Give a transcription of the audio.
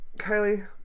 Kylie